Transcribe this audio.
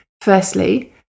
Firstly